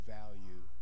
value